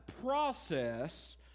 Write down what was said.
process